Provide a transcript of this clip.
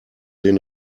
den